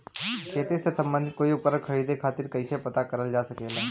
खेती से सम्बन्धित कोई उपकरण खरीदे खातीर कइसे पता करल जा सकेला?